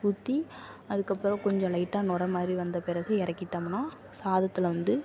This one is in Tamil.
ஊற்றி அதுக்கப்புறோம் கொஞ்சம் லைட்டாக நூர மாதிரி வந்த பிறகு இறக்கிட்டமுனா சாதத்தில் வந்து